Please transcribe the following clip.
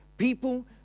People